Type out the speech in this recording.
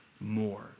more